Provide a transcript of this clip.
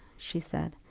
she said,